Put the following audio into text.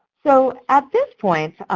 so at this point,